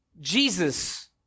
Jesus